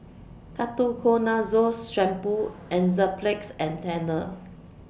Ketoconazole Shampoo Enzyplex and Tena